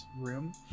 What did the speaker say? room